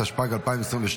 התשפ"ג 2022,